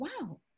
wow